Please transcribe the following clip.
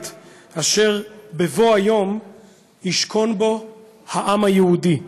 אשר בבוא היום ישכון בו העם היהודי.